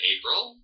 April